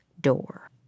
door